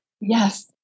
Yes